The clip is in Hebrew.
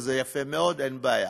וזה יפה מאוד, אין בעיה.